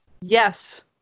Yes